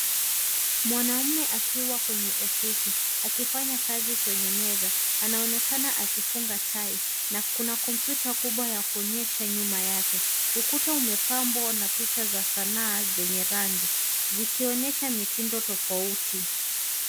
Mwanaume akiwa kwenye ofisi akifanya kazi kwenye meza. Anaonekana akifunga tai na kuna kompyuta kubwa ya kuonyesha nyuma yake. Ukuta umepambwa na picha za sanaa zenye rangi zikionyesha mitindo tofauti.